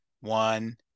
one